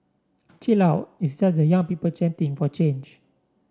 chill out it's just a young people chanting from change